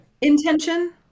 intention